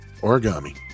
origami